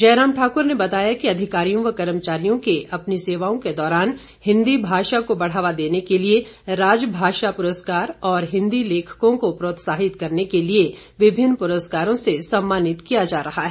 जयराम ठाकुर ने बताया कि अधिकारियों व कर्मचारियों के अपनी सेवाओं के दौरान हिन्दी भाषा को बढ़ावा देने के लिए राजभाषा पुरस्कार और हिंदी लेखकों को प्रोत्साहित करने के लिए विभिन्न पुरस्कारों से सम्मानित किया जा रहा है